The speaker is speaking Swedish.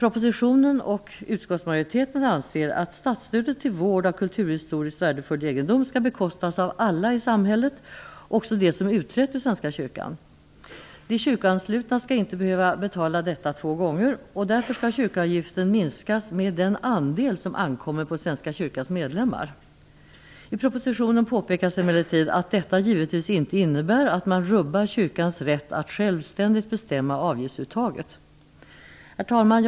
Regeringen och utskottsmajoriteten anser att statsstödet till vård av kulturhistoriskt värdefull egendom skall bekostas av alla i samhället, också de som har utträtt ur Svenska kyrkan. De kyrkoanslutna skall inte behöva betala detta två gånger, och därför skall kyrkoavgiften minskas med den andel som ankommer på Svenska kyrkans medlemmar. I propositionen påpekas emellertid att detta givetvis inte innebär att man rubbar kyrkans rätt att självständigt bestämma avgiftsuttaget. Herr talman!